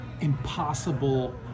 impossible